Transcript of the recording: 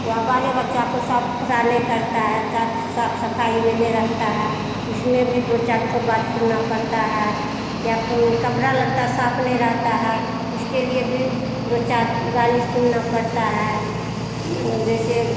या बाले बच्चा को साफ सुथरा नहीं करता है साफ से साफ सफाई में नहीं रखता है उसमें भी दो चार ठो बात सुनना पड़ता है या कपड़ा लत्ता साफ नहीं रहता है उसके लिए भी दो चार गाली सुनना पड़ता है जैसे